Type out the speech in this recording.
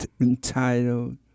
entitled